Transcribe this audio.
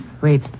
Wait